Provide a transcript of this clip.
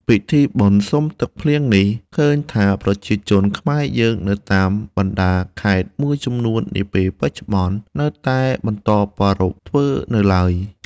ពិធីបុណ្យសុំទឹកភ្លៀងនេះ ឃើញថាប្រជាជនខ្មែរយើងនៅតាមបណ្តាខេត្តមួយចំនួននាពេលបច្ចុប្បន្ននៅតែបន្តប្រារព្ធធ្វើនៅឡើយ ។